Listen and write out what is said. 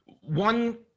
one